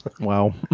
Wow